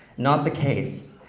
not the case.